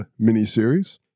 miniseries